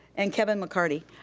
and kevin mccarty.